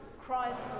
Christ